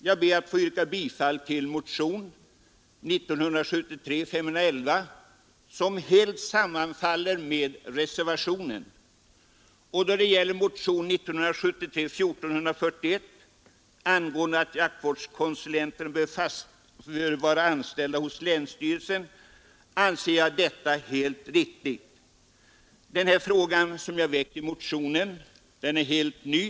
Jag ber att få yrka bifall till reservationen. Kravet i motionen 1973:1441 att jaktvårdskonsulenterna bör vara anställda hos länsstyrelsen anser jag vara helt riktigt. Den fråga som jag tagit upp i denna motion är helt ny.